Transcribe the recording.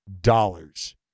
dollars